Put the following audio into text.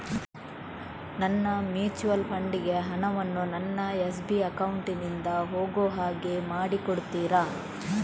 ನನ್ನ mutual fund ಗೆ ಹಣ ವನ್ನು ನನ್ನ ಎಸ್.ಬಿ ಅಕೌಂಟ್ ನಿಂದ ಹೋಗು ಹಾಗೆ ಮಾಡಿಕೊಡುತ್ತೀರಾ?